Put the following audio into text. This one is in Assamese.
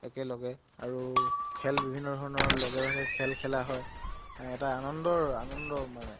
একেলগে আৰু খেল বিভিন্ন ধৰণৰ লগে ভাগে খেল খেলা হয় এটা আনন্দৰ আনন্দ মানে